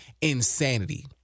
insanity